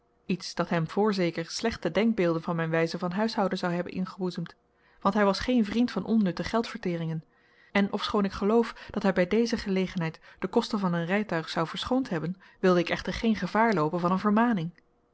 iets dat hem voorzeker slechte denkbeelden van mijn wijze van huishouden zou hebben ingeboezemd want hij was geen vriend van onnutte geldverteringen en ofschoon ik geloof dat hij bij deze gelegenheid de kosten van een rijtuig zou verschoond hebben wilde ik echter geen gevaar loopen van een vermaning